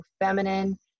feminine